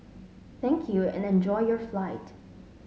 thank you and enjoy your flight